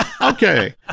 Okay